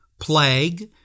plague